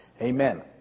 Amen